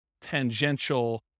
tangential